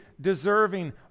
deserving